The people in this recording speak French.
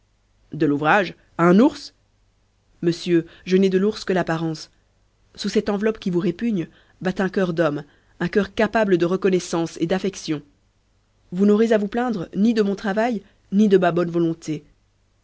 de l'ouvrage a un ours monsieur je n'ai de l'ours que l'apparence sous cette enveloppe qui vous répugne bat un coeur d'homme un coeur capable de reconnaissance et d'affection vous n'aurez à vous plaindre ni de mon travail ni de ma bonne volonté